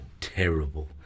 terrible